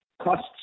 costs